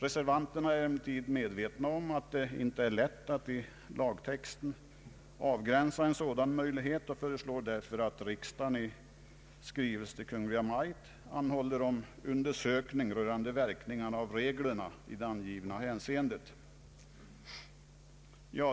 Reservanterna är emellertid medvetna om att det inte är lätt att i lagtexten avgränsa en sådan möjlighet och föreslår därför att riksdagen i skrivelse till Kungl. Maj:t anhåller om undersökning rörande verkningarna av reglerna i angivna hänseende.